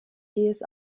years